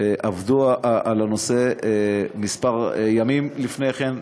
עבדו על הנושא כמה ימים לפני כן.